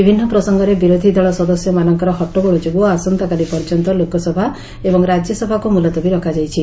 ବିଭିନ୍ନ ପ୍ରସଙ୍ଗରେ ବିରୋଧି ଦଳ ସଦସ୍ୟମାନଙ୍କର ହଟ୍ଟଗୋଳ ଯୋଗୁଁ ଆସନ୍ତାକାଲି ପର୍ଯ୍ୟନ୍ତ ଲୋକସଭା ଏବଂ ରାଜ୍ୟସଭାକୁ ମୁଲତବୀ ରଖାଯାଇଛି